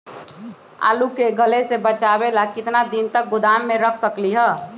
आलू के गले से बचाबे ला कितना दिन तक गोदाम में रख सकली ह?